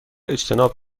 اجتناب